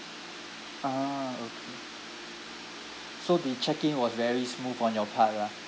ah okay so the check in was very smooth on your part lah